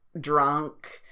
drunk